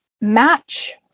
match